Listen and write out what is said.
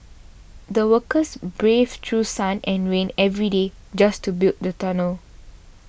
the workers braved through sun and rain every day just to build the tunnel